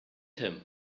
him